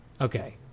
Okay